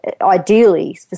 ideally